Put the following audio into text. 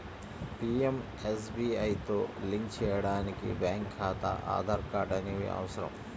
పీయంఎస్బీఐతో లింక్ చేయడానికి బ్యేంకు ఖాతా, ఆధార్ కార్డ్ అనేవి అవసరం